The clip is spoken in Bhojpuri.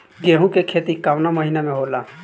गेहूँ के खेती कवना महीना में होला?